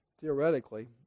theoretically